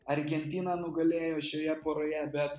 argentina nugalėjo šioje poroje bet